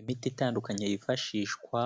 Imiti itandukanye yifashishwa